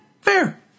fair